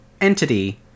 entity